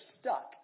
stuck